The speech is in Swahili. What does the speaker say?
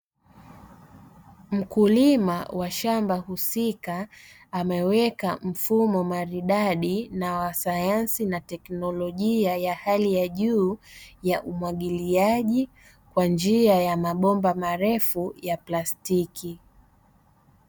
Mkulima wa shamba husika ameweka mfumo maridadi na wasayansi na teknolojia ya hali ya juu ya umwagiliaji kwa njia ya mabomba marefu ya plastiki.